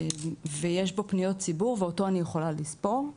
ויש בו פניות ציבור ואותו אני יכולה לספור.